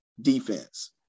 defense